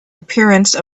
appearance